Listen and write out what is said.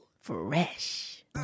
Fresh